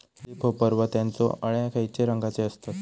Leaf hopper व त्यानचो अळ्या खैचे रंगाचे असतत?